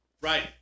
Right